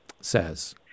says